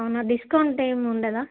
అవునా డిస్కౌంట్ ఏమి ఉండదా